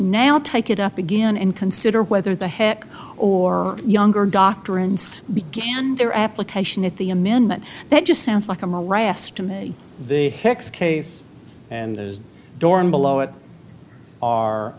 now take it up again and consider whether the heck or younger doctrines began their application at the amendment that just sounds like a morass to me the case and the dorm below it are